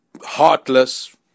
heartless